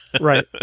Right